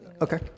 Okay